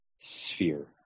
sphere